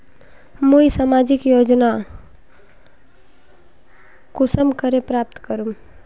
मुई सामाजिक योजना कुंसम करे प्राप्त करूम?